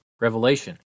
revelation